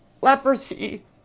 leprosy